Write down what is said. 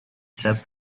sub